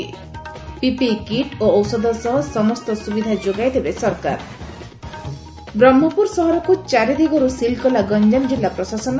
PPE kit ଓ ଔଷଧ ସହ ସମସ୍ତ ସୁବିଧା ଯୋଗାଇଦେବେ ସରକାର ବ୍ରହ୍କପୁର ସହରକୁ ଚାରିଦିଗରୁ ସିଲ କଲା ଗଞାମ ଜିଲ୍ଲା ପ୍ରଶାସନ